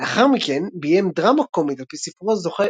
לאחר מכן ביים דרמה קומית על פי ספרו זוכה